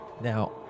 Now